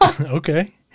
Okay